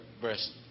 breast